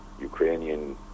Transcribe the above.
ukrainian